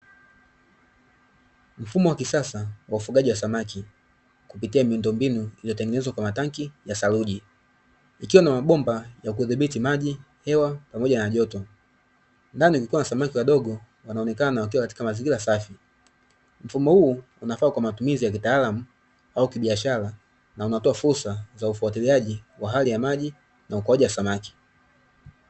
Mfumo wa kisasa wa ufugaji wa samaki kupitia miundombinu iliyotengenezwa kwa matanki ya saruji. Ikiwa na mabomba ya kudhibiti maji, hewa, pamoja na joto; ndani kukiwa na samaki wadogo wanaonekana wakiwa katika mazingira safi. Mfumo huu unafaa kwa matumizi ya kitaalamu au kibiashara, na unatoa fursa za ufatiliaji wa hali ya maji na ukuaji wa samaki.